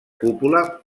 cúpula